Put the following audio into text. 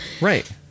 right